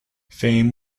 fame